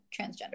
transgender